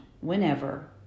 whenever